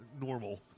normal